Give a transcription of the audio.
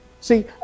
See